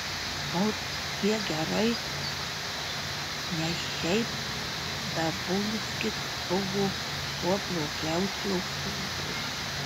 nors tiek gerai nes šiaip dabulskis buvo kuo blogiausio ūpo